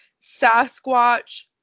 Sasquatch